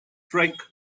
trick